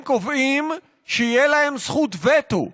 הם קובעים שתהיה להם זכות וטו כמיעוט.